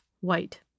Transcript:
white